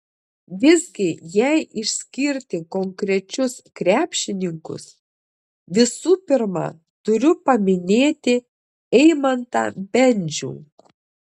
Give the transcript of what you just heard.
visgi jei išskirti konkrečius krepšininkus visų pirma turiu paminėti eimantą bendžių